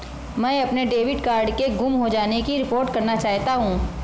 मैं अपने debit card के गुम हो जाने की रिपोर्ट करना चाहता हूँ